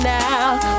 now